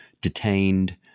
detained